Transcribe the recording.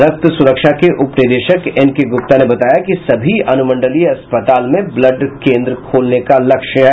रक्त सुरक्षा के उपनिदेशक एन के गुप्ता ने बताया कि सभी अनुमंडलीय अस्पताल में ब्लड केंद्र खोलने का लक्ष्य है